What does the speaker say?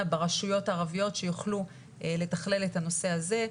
ברשויות הערביות שיוכלו לתכלל את הנושא הזה.